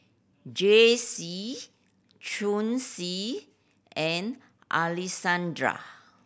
Jaycee Chauncy and Alessandra